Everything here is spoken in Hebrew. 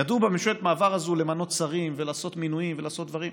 ידעו בממשלת המעבר הזאת למנות שרים ולעשות מינויים ולעשות דברים.